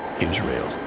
Israel